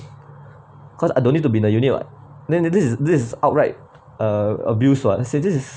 cause I don't need to be in the unit [what] then this is this this outright uh abuse [what] this is